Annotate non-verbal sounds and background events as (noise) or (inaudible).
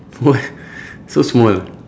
what (laughs) so small